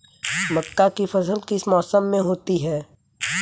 मक्का की फसल किस मौसम में होती है?